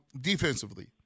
Defensively